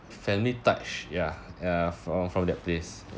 family touch ya uh from from that place